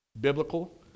Biblical